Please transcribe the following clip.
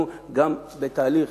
אנחנו גם בתהליך